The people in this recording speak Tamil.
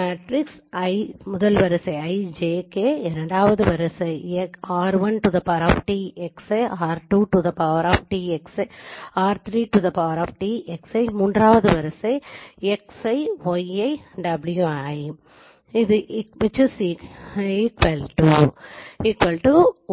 எனவே